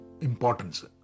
importance